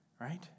right